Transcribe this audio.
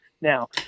Now